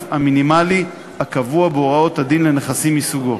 המינימלי הקבוע בהוראות הדין לנכסים מסוגו.